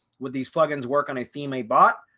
with these plugins work on a theme a bot?